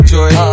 Joy